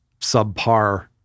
subpar